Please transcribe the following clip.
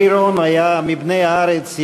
אמרי רון היה מבני הארץ,